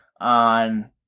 on